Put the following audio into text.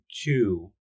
two